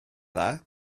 dda